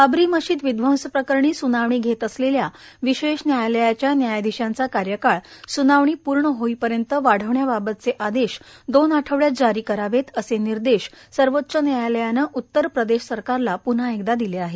बाबरी मशीद विध्वंस प्रकरणी सुनावणी घेत असलेल्या विशेष न्यायालयाच्या न्यायाधीशांचा कार्यकाळ सूनावणी पूर्ण होईपर्यंत वाढवण्याबाबतचे आदेश दोन आठवड्यात जारी करावेत असे निर्देश सर्वोच्च न्यायालयानं उत्तर प्रदेश सरकारला प्न्हा एकदा दिले आहेत